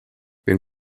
wenn